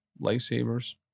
lightsabers